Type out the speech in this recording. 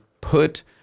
put